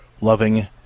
loving